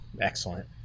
Excellent